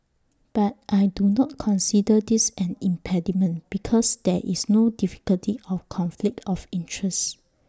but I do not consider this an impediment because there is no difficulty of conflict of interest